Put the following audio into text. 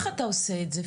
איך אתה עושה את זה?